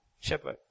shepherd